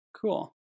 Cool